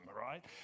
right